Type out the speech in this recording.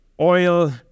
oil